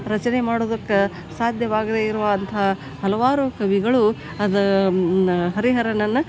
ರಚನೆ ಮಾಡೋದುಕ್ಕೆ ಸಾಧ್ಯವಾಗದೆ ಇರುವಂಥ ಹಲವಾರು ಕವಿಗಳು ಅದು ಮು ಹರಿಹರನನ್ನು